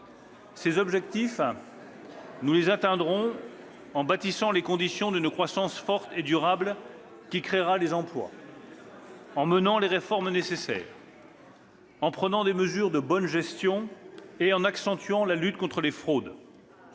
ces objectifs en réunissant les conditions d'une croissance forte et durable qui créera les emplois, en menant les réformes nécessaires, en prenant des mesures de bonne gestion et en accentuant la lutte contre les fraudes.